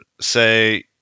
say